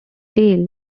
tail